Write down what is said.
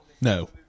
No